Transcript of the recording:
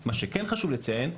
מה שכן חשוב לציין,